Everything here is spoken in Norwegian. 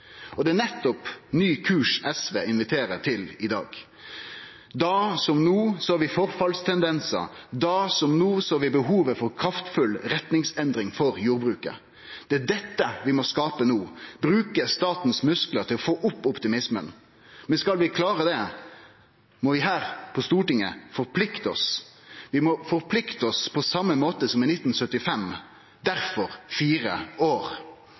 Det er nettopp ny kurs SV inviterer til i dag. Da som no ser vi forfallstendensar. Da som no ser vi behovet for kraftfull retningsendring for jordbruket. Det er dette vi må skape no – bruke statens musklar til å få opp optimismen. Men skal vi klare det, må vi her på Stortinget forplikte oss, på same måten som i 1975 – difor fire år.